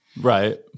right